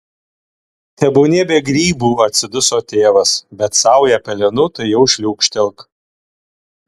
tebūnie be grybų atsiduso tėvas bet saują pelenų tai jau šliūkštelk